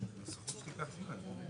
מי בעד